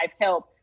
help